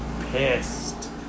pissed